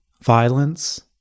violence